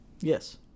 Yes